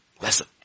Lesson